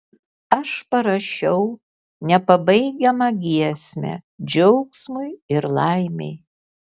aš parašiau nepabaigiamą giesmę džiaugsmui ir laimei